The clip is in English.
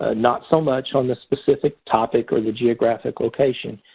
ah not so much on the specific topic or the geographic location.